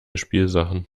spielsachen